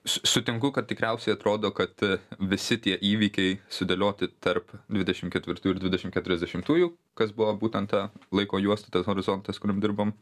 s sutinku kad tikriausiai atrodo kad visi tie įvykiai sudėlioti tarp dvidešim ketvirtų ir dvidešim keturiasdešimtųjų kas buvo būtent ta laiko juosta tas horizontas kuriam dirbam